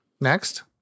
Next